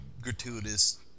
gratuitous